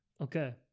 Okay